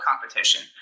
competition